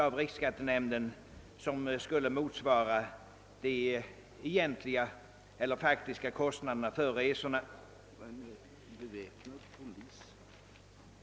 Riksskattenämnden skall utarbeta anvisningar enligt de grunder som propositionen innebär.